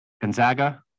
Gonzaga